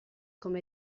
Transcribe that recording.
come